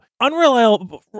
unreliable